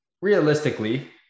Realistically